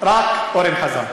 רק אורן חזן.